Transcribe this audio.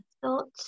thoughts